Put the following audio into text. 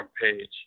page